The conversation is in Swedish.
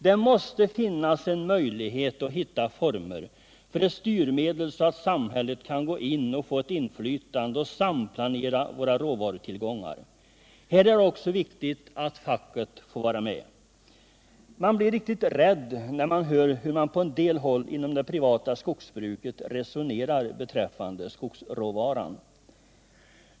Det måste finnas en möjlighet att hitta former för ett styrmedel, så att samhället kan få ett inflytande och samplanera våra råvarutillgångar. Här är det också viktigt att facket får vara med. Jag blir riktigt rädd när jag hör hur man på en del håll inom det privata skogsbruket resonerar beträffande skogsråvaran.